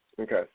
Okay